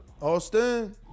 Austin